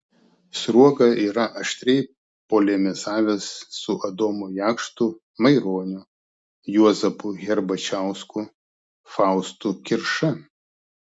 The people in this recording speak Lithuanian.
sruoga yra aštriai polemizavęs su adomu jakštu maironiu juozapu herbačiausku faustu kirša